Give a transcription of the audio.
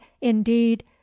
indeed